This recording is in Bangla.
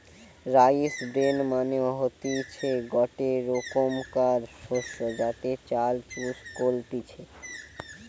রাইস ব্রেন মানে হতিছে গটে রোকমকার শস্য যাতে চাল চুষ কলতিছে